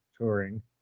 touring